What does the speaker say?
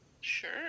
Sure